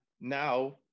now